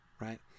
Right